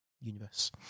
universe